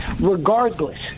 regardless